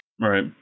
Right